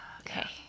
Okay